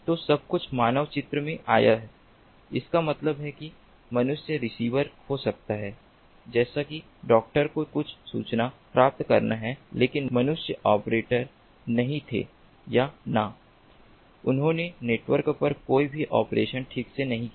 तो सब कुछ मानव चित्र में आया इसका मतलब यह है कि मनुष्य रिसीवर हो सकते हैं जैसे कि डॉक्टर को कुछ सूचना प्राप्त करना है लेकिन मनुष्य ऑपरेटर नहीं थे या ना उन्होंने नेटवर्क पर कोई भी ऑपरेशन ठीक से नहीं किया